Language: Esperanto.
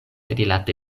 rilate